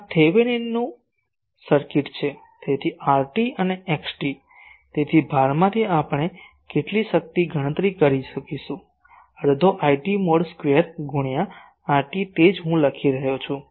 આ થેવેનિનનું સર્કિટ છે તેથી RT અને XT તેથી ભારમાંથી આપણે કેટલી શક્તિ ગણતરી કરી શકીશું અડધો IT મોડ સ્ક્વેર ગુણ્યા RT તે જ હું લખી રહ્યો છું